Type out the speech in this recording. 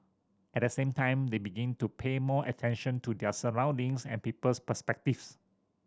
at the same time they begin to pay more attention to their surroundings and people's perspectives